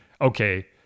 okay